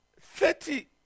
Thirty